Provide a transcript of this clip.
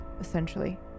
essentially